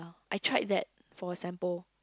I tried that for sample